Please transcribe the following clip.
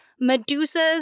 Medusa's